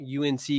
UNC